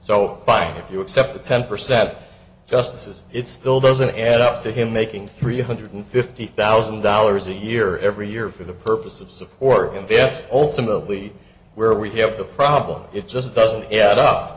so fine if you accept the ten percent justices it still doesn't add up to him making three hundred fifty thousand dollars a year every year for the purpose of support invest ultimately where we have the problem it just doesn't add up